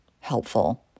helpful